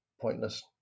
pointless